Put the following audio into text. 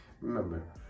remember